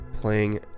playing